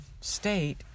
state